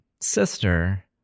sister